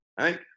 Right